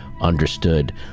understood